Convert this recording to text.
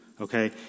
Okay